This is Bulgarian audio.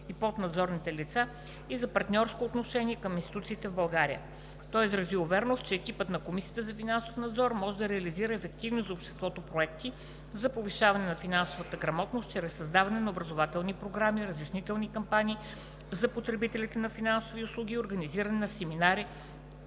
и поднадзорните лица и за партньорско отношение към институциите в България. Той изрази увереност, че екипът на Комисията за финансов надзор може да реализира ефективни за обществото проекти за повишаване на финансовата грамотност чрез създаване на образователни програми, разяснителни кампании за потребителите на финансови услуги и организиране на семинари